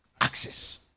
access